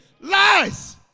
Lies